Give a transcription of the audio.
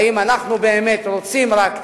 האם אנחנו באמת רוצים רק אמירה,